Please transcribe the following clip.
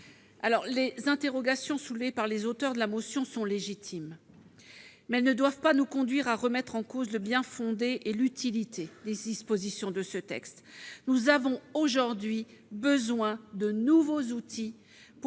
Les interrogations soulevées par les auteurs de la motion sont légitimes, mais ne doivent pas nous conduire à remettre en cause le bien-fondé et l'utilité des dispositions de ce texte. Nous avons aujourd'hui besoin de nouveaux outils pour